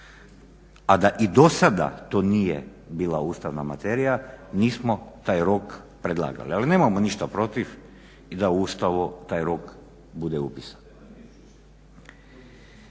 a da i do sada to nije bila ustavna materija nismo taj rok predlagali. Ali nemamo ništa protiv i da u Ustavu taj rok bude upisan.